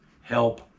help